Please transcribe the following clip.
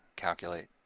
calculate.